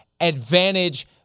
advantage